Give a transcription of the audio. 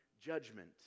judgment